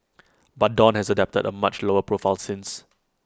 but dawn has adopted A much lower profile since